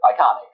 iconic